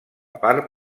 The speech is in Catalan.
part